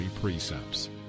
precepts